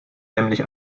nämlich